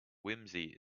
whimsy